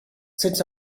sits